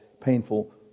painful